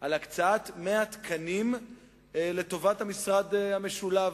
על הקצאת 100 תקנים לטובת המשרד המשולב,